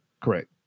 Correct